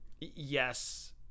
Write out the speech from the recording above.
Yes